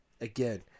again